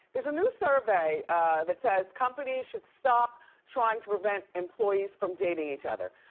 there's a new survey that says companies should stop trying to prevent employees from dating each other.